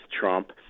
Trump